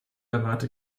erwarte